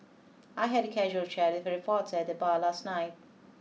I had a casual chat with a reporter at the bar last night